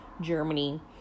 Germany